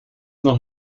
noch